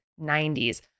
90s